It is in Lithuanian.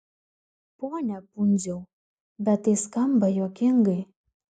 pone pundziau bet tai skamba juokingai